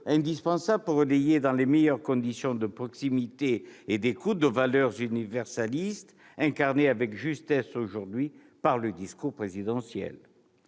indispensables pour relayer, dans les meilleures conditions de proximité et d'écoute, nos valeurs universalistes, incarnées avec justesse aujourd'hui par le discours présidentiel.